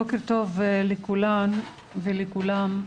בוקר טוב לכולן ולכולם.